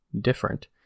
different